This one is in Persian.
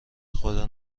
خدا